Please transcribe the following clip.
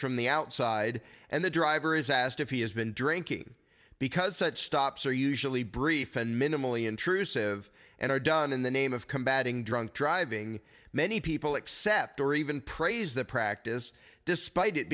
from the outside and the driver is asked if he has been drinking because such stops are usually brief and minimally intrusive and are done in the name of combating drunk driving many people accept or even praise the practice despite it